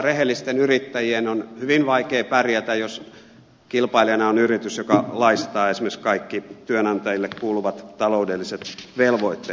rehellisten yrittäjien on hyvin vaikea pärjätä jos kilpailijana on yritys joka laistaa esimerkiksi kaikki työnantajille kuuluvat taloudelliset velvoitteet